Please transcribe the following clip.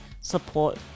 support